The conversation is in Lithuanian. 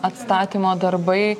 atstatymo darbai